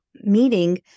meeting